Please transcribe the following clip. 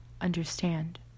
understand